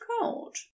cold